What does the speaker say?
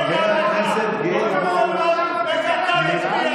להזכיר לך איך הוא מכנה אותך.